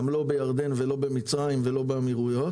גם לא בירדן ולא במצרים ולא באמירויות